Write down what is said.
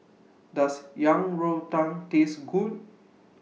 Does Yang Rou Tang Taste Good